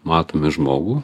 matome žmogų